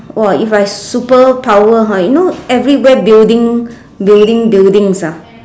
!wah! if I superpower hor you know everywhere building building buildings ah